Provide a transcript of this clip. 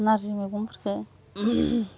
नारजि मैगंफोरखौ